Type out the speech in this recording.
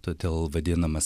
todėl vadinamas